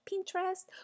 Pinterest